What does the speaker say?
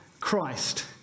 Christ